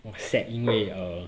sad 因为 uh